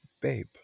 babe